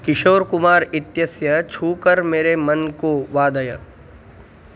किशोर् कुमार् इत्यस्य छूकर् मेरे मन् को वादय